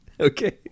Okay